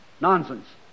Nonsense